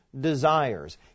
desires